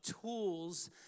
tools